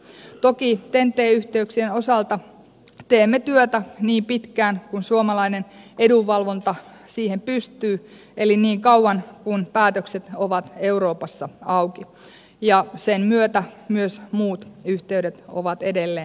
toki ten t yhteyksien osalta teemme työtä niin pitkään kuin suomalainen edunvalvonta siihen pystyy eli niin kauan kuin päätökset ovat euroopassa auki ja sen myötä myös muut yhteydet ovat edelleen esillä